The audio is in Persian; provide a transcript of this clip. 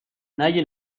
نگی